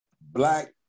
black